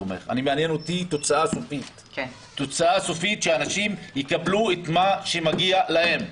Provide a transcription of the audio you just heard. מעניינת אותי התוצאה הסופית שאנשים יקבלו מה שמגיע להם.